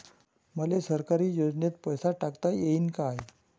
मले सरकारी योजतेन पैसा टाकता येईन काय?